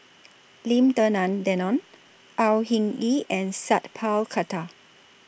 Lim Denan Denon Au Hing Yee and Sat Pal Khattar